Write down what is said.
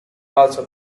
also